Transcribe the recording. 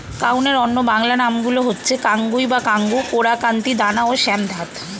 কাউনের অন্য বাংলা নামগুলো হচ্ছে কাঙ্গুই বা কাঙ্গু, কোরা, কান্তি, দানা ও শ্যামধাত